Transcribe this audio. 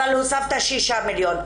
אבל הוספת שישה מיליון.